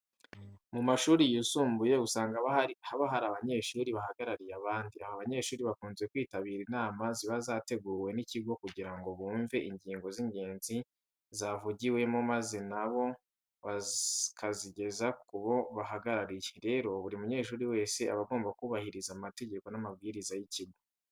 Mu mashuri yisumbuye usanga haba hari abanyeshuri bahagarariye abandi, aba banyeshuri bakunze kwitabira inama ziba zateguwe n'ikigo kugira ngo bumve ingingo z'ingenzi zavugiwemo maze na bo bakazigeza ku bo bahagarariye. Rero buri munyeshuri wese aba agomba kubahiriza amategeko n'amabwiriza y'ikigo.